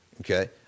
Okay